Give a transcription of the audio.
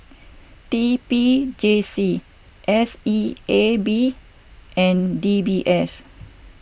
T P J C S E A B and D B S